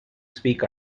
speak